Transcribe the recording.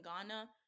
ghana